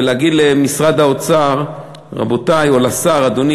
ולהגיד למשרד האוצר או לשר: אדוני,